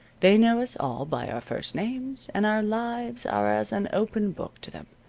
they know us all by our first names, and our lives are as an open book to them.